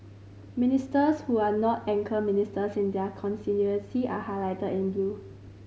ministers who are not anchor ministers in their constituency are highlighted in blue